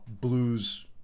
blues